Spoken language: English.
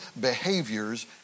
behaviors